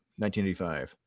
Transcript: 1985